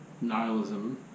nihilism